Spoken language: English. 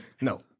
No